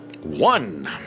One